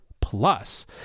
plus